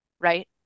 Right